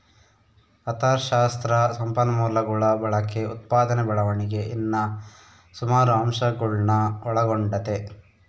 ಅಥಶಾಸ್ತ್ರ ಸಂಪನ್ಮೂಲಗುಳ ಬಳಕೆ, ಉತ್ಪಾದನೆ ಬೆಳವಣಿಗೆ ಇನ್ನ ಸುಮಾರು ಅಂಶಗುಳ್ನ ಒಳಗೊಂಡತೆ